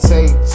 Take